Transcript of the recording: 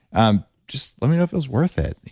um just let me know if it was worth it.